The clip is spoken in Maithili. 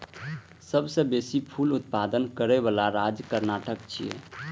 सबसं बेसी फूल उत्पादन करै बला राज्य कर्नाटक छै